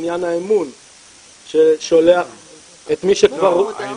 עניין האמון ששולח את מי שכבר --- לא,